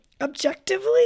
objectively